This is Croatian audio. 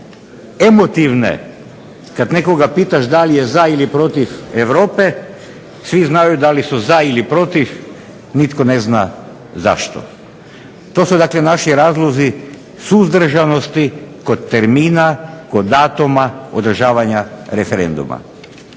emotivne kada nekoga pitaš da li je za ili protiv Europe, svi znaju da li su za ili protiv, nitko ne zna zašto. to su naši razlozi suzdržanosti kod termina, datuma održavanja referenduma.